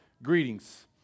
Greetings